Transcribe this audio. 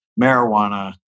marijuana